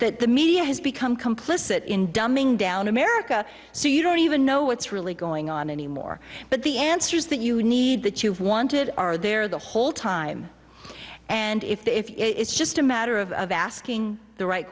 that the media has become complicit in dumbing down america so you don't even know what's really going on anymore but the answers that you need that you've wanted are there the whole time and if it's just a matter of of asking the right